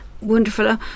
Wonderful